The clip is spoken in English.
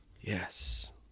yes